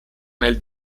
nel